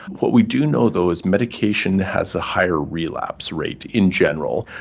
what we do know though is medication has a higher relapse rate in general.